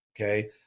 okay